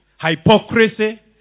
hypocrisy